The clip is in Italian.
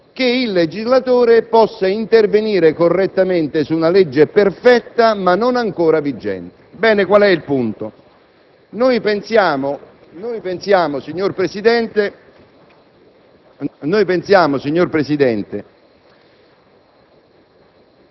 consegue quella della pubblicazione e della vigenza, riteniamo che il legislatore possa intervenire correttamente su una legge perfetta, ma non ancora vigente. Ebbene, qual è il punto? Invece di abrogare una